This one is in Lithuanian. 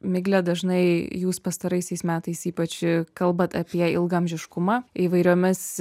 migle dažnai jūs pastaraisiais metais ypač kalbat apie ilgaamžiškumą įvairiomis